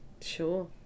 sure